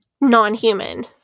non-human